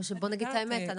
או שבואו נגיד את האמת,